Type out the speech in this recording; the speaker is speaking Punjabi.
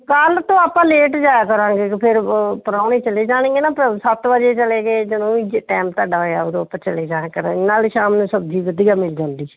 ਕੱਲ ਤੋਂ ਆਪਾਂ ਲੇਟ ਜਾਇਆ ਕਰਾਂਗੇ ਫਿਰ ਪਰਾਹੁਣੇ ਚਲੇ ਜਾਣਗੇ ਨਾ ਸੱਤ ਵਜੇ ਚਲ ਗਏ ਜਦੋਂ ਵੀ ਟਾਈਮ ਤੁਹਾਡਾ ਹੋਇਆ ਉਦੋਂ ਆਪਾਂ ਚਲ ਜਾਇਆ ਕਰਾਂਗੇ ਨਾਲ ਸ਼ਾਮ ਨੂੰ ਸਬਜ਼ੀ ਵਧੀਆ ਮਿਲ ਜਾਂਦੀ